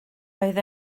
oedd